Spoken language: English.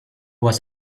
was